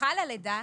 שסמוכה ללידה,